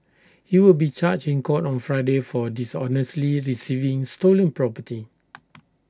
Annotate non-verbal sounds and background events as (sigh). he will be charged in court on Friday for dishonestly receiving stolen property (noise)